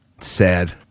sad